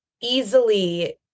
easily